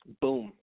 Boom